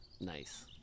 Nice